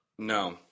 No